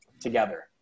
together